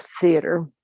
Theater